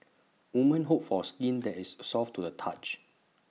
women hope forth in that is soft to the touch